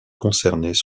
concernés